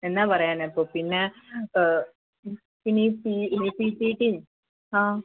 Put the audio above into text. എന്നാ പറയാനാണ് ഇപ്പം പിന്നെ പിന്നെ സി ഇ സി സി ടിയും ആ